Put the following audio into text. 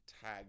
tag